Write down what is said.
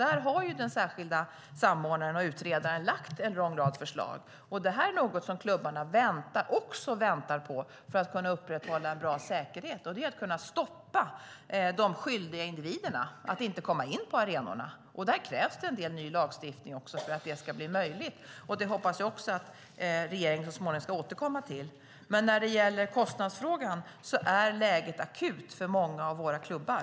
Där har den särskilda samordnaren och utredaren lagt fram en lång rad förslag. Det finns också någonting som klubbarna väntar på för att kunna upprätthålla en bra säkerhet. Det handlar om att kunna stoppa de skyldiga individerna från att komma in på arenorna. För att det ska bli möjligt krävs en del ny lagstiftning, och det hoppas jag att regeringen så småningom ska återkomma till. Men när det gäller kostnadsfrågan är läget akut för många av våra klubbar.